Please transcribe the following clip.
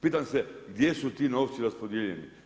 Pitam se gdje su ti novci raspodijeljeni?